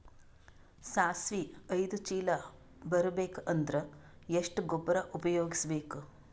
ಸಾಸಿವಿ ಐದು ಚೀಲ ಬರುಬೇಕ ಅಂದ್ರ ಎಷ್ಟ ಗೊಬ್ಬರ ಉಪಯೋಗಿಸಿ ಬೇಕು?